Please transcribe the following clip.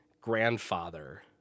grandfather